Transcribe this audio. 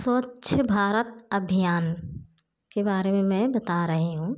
स्वच्छ भारत अभियान के बारे में मैं बता रही हूँ